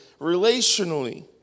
relationally